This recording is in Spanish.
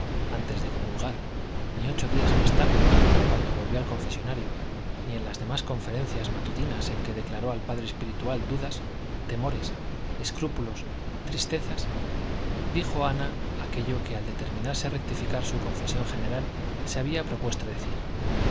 antes de comulgar ni ocho días más tarde cuando volvió al confesonario ni en las demás conferencias matutinas en que declaró al padre espiritual dudas temores escrúpulos tristezas dijo ana aquello que al determinarse a rectificar su confesión general se había propuesto decir